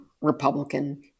Republican